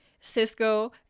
Cisco